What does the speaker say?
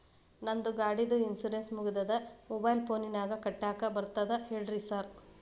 ನಂದ್ ಗಾಡಿದು ಇನ್ಶೂರೆನ್ಸ್ ಮುಗಿದದ ಮೊಬೈಲ್ ಫೋನಿನಾಗ್ ಕಟ್ಟಾಕ್ ಬರ್ತದ ಹೇಳ್ರಿ ಸಾರ್?